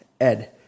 Ed